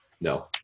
no